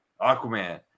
Aquaman